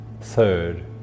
third